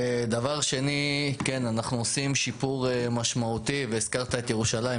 אנחנו עושים שיפור משמעותי והזכרת את ירושלים,